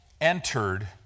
entered